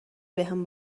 بهم